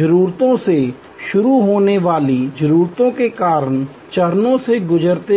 जरूरतों से शुरू होने वाली जरूरतों के कई चरणों से गुजरते हैं